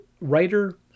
writer